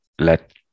Let